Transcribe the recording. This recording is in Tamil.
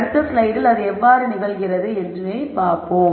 அடுத்த ஸ்லைடில் அது எவ்வாறு நிகழ்கிறது என்பதை பார்ப்போம்